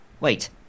Wait